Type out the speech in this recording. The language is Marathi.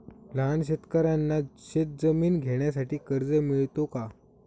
लहान शेतकऱ्यांना शेतजमीन घेण्यासाठी कर्ज मिळतो का?